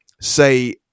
say